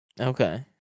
Okay